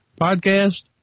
podcast